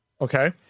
Okay